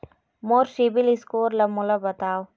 मोर CIBIL score ला मोला बताव?